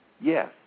yes